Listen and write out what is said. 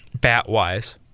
bat-wise